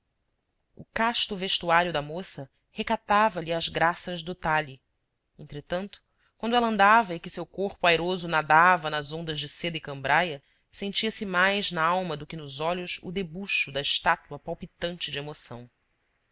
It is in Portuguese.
o casto vestuário da moça recatava lhe as graças do talhe entretanto quando ela andava e que seu corpo airoso nadava nas ondas de seda e cambraia sentia-se mais nalma do que nos olhos o debuxo da estátua palpitante de emoção